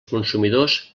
consumidors